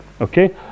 Okay